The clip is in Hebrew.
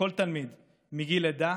לכל תלמיד מגיל לידה